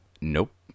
Nope